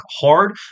hard